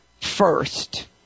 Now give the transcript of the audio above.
first